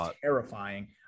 terrifying